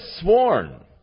sworn